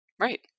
right